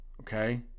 Okay